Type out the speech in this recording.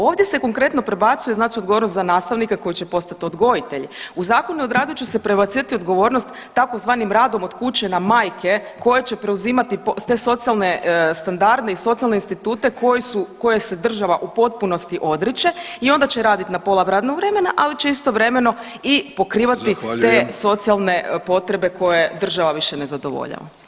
Ovdje se konkretno prebacuje znači odgovornost za nastavnika koji će postati odgojitelj, u Zakonu o radu će se prebacivati odgovornost tzv. radom od kuće na majke koje će preuzimati te socijalne standarde i socijalne institute koji su, koje se država u potpunosti odriče i onda će raditi na pola radnog vremena, ali će istovremeno i pokrivati te [[Upadica: Zahvaljujem.]] socijalne potrebe koje država više ne zadovoljava.